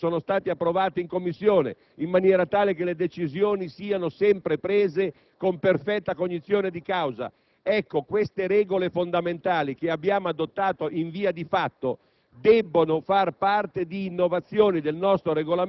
certificati dal Ministero dell'economia, degli emendamenti che sono stati approvati in Commissione in maniera tale che le decisioni siano prese sempre con perfetta cognizione di causa. Ecco, queste regole fondamentali, che abbiamo adottato in via di fatto,